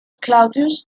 claudius